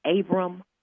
Abram